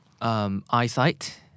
Eyesight